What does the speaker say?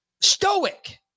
stoic